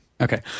Okay